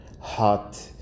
hot